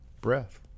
breath